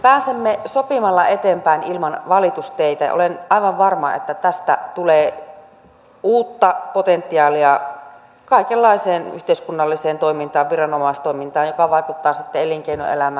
pääsemme sopimalla eteenpäin ilman valitusteitä ja olen aivan varma että tästä tulee uutta potentiaalia kaikenlaiseen yhteiskunnalliseen toimintaan viranomaistoimintaan joka vaikuttaa sitten elinkeinoelämään